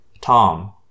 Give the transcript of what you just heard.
Tom